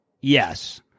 Yes